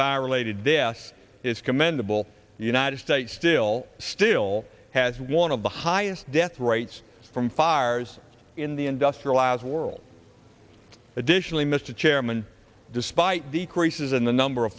fire related death is commendable the united states still still has one of the highest death rates from fires in the industrialized world additionally mr chairman despite the creases in the number of